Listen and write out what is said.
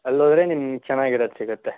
ಅಲ್ಲೋದ್ರೆ ನಿಮ್ಗೆ ಚೆನ್ನಾಗಿರೋದು ಸಿಗುತ್ತೆ